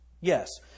Yes